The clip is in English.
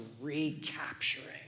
recapturing